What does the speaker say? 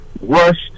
rushed